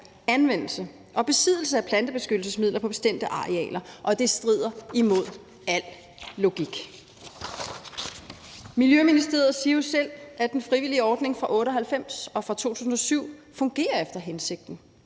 anvendelse og besiddelse af plantebeskyttelsesmidler på bestemte arealer. Og det strider imod al logik. Miljøministeriet siger jo selv, at den frivillige ordning fra 1998 og fra 2007 fungerer efter hensigten.